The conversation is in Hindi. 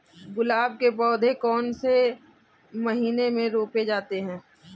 गुलाब के पौधे कौन से महीने में रोपे जाते हैं?